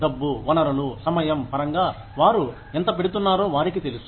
డబ్బు వనరులు సమయం పరంగా వారు ఎంత పెడుతున్నారో వారికి తెలుసు